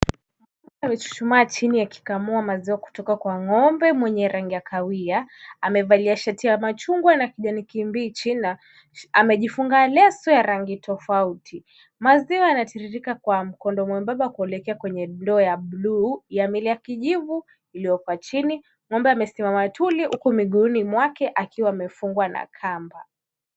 Mwanamke amechuchumaa chini akikamua maziwa kutoka kwa ng'ombe mwenye rangi ya kahawia. Amevalia shati ya machungwa na kijani kibichi na amejifunga leso ya rangi tofauti. Maziwa yanatiririka kwa mkondo mwembamba kuelekea kwenye ndoo ya bluu ya mwili wa kijivu iliyoko chini. Ng'ombe amesimama tuli huku miguuni mwake akiwa amefungwa na kamba.